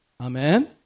Amen